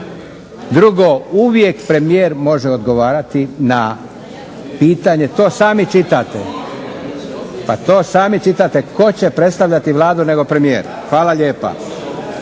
Drugo, uvijek premijer može odgovarati na pitanje, to sami čitate, pa to sami čitate. Tko će predstavljati Vladu nego premijer. Hvala lijepa.